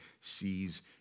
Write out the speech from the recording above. sees